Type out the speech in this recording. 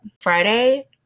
Friday